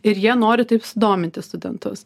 ir jie nori taip sudominti studentus